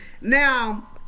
now